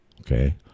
okay